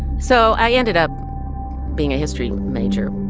so i ended up being a history major.